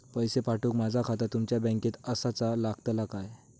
पैसे पाठुक माझा खाता तुमच्या बँकेत आसाचा लागताला काय?